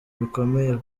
bikomeye